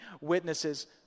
witnesses